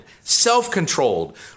self-controlled